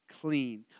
clean